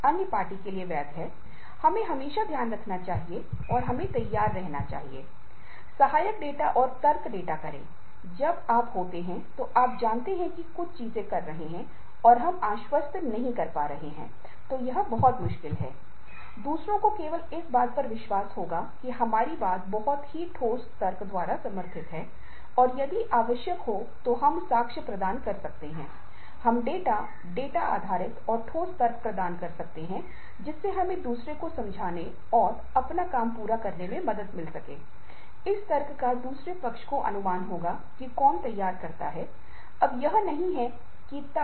और ये केवल यही नहीं हैं अगर हम अपना खाली समय काम करते हैं परिवार की भूमिकाओं का प्रबंधन करते हैं स्वेच्छा से समुदाय के लिए काम करते हैं तो इसका दूसरों पर भी असर पड़ेगा और हमारे भीतर भी दूसरों को सेवा प्रदान करके आंतरिक आनंद का अनुभव करेंगे